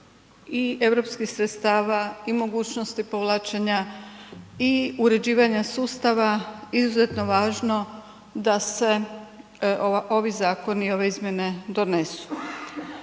i EU sredstava i mogućnosti povlačenja i uređivanja sustava izuzetno važno da se ovi zakoni, ove izmjene donesu.